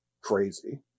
crazy